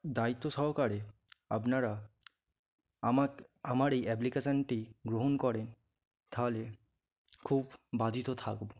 দায়িত্ব সহকারে আপনারা আমা আমার এই অ্যাপ্লিকেশনটি গ্রহণ করেন তাহলে খুব বাধিত থাকব